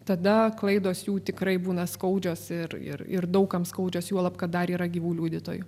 tada klaidos jų tikrai būna skaudžios ir ir ir daug kam skaudžios juolab kad dar yra gyvų liudytojų